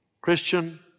Christian